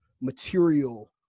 material